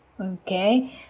Okay